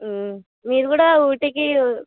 మీరు కూడా ఊటికి